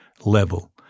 level